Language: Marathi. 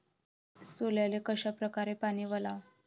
सोल्याले कशा परकारे पानी वलाव?